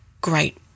great